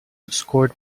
scored